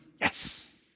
Yes